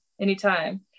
Anytime